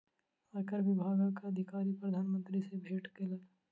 आयकर विभागक अधिकारी प्रधान मंत्री सॅ भेट केलक